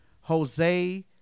Jose